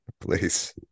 Please